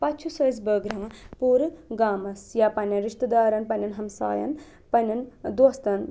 پَتہٕ چھُ سُہ أسۍ بٲگراوان پوٗرٕ گامَس یا پنٛنٮ۪ن رِشتہٕ دارَن پَنٛنٮ۪ن ہَمسایَن پَنٛنٮ۪ن دوستَن